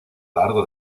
largo